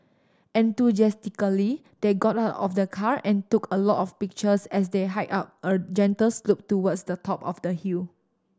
enthusiastically they got out of the car and took a lot of pictures as they hiked up a gentle slope towards the top of the hill